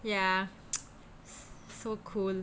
ya s~ so cool